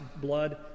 blood